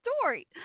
story